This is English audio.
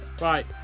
Right